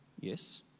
Yes